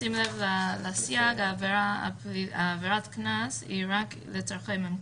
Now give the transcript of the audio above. שים לב לסייג, שעבירת הקנס היא רק לצרכי ממכר.